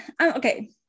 okay